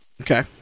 Okay